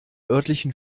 örtlichen